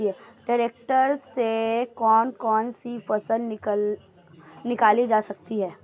Tractor से कौन कौनसी फसल निकाली जा सकती हैं?